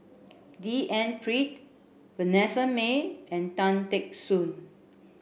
D N Pritt Vanessa Mae and Tan Teck Soon